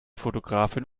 fotografin